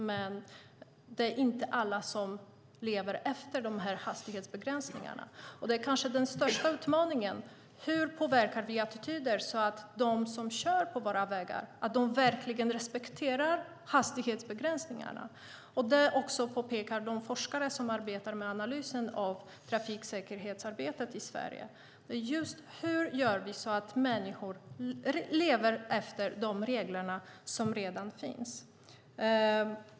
Men det är inte alla människor som lever efter de hastighetsbegränsningarna. Den kanske största utmaningen är hur vi påverkar attityderna så att de som kör på våra vägar verkligen respekterar hastighetsbegränsningarna. De forskare som arbetar med analysen av trafiksäkerhetsarbetet i Sverige pekar på hur vi ska göra så att människor lever efter de regler som redan finns.